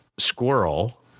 squirrel